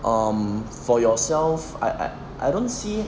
um for yourself I I I don't see